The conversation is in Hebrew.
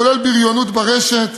כולל בריונות ברשת,